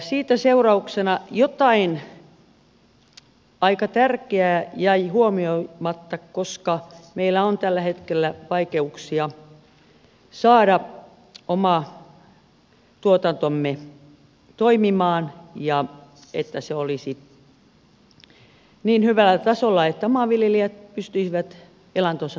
siitä seurauksena jotain aika tärkeää jäi huomioimatta koska meillä on tällä hetkellä vaikeuksia saada oma tuotantomme toimimaan ja saada se niin hyvälle tasolle että maanviljelijät pystyisivät elantonsa siitä saamaan